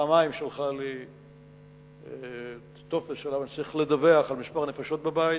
שלחה לי פעמיים טופס שעליו אני צריך לדווח על מספר הנפשות בבית,